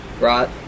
right